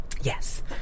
yes